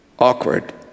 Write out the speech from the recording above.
Awkward